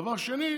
דבר שני,